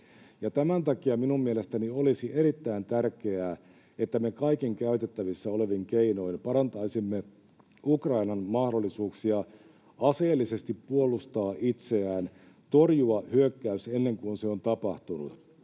tämän takia minun mielestäni olisi erittäin tärkeää, että me kaikin käytettävissä olevin keinoin parantaisimme Ukrainan mahdollisuuksia aseellisesti puolustaa itseään, torjua hyökkäys, ennen kuin se on tapahtunut.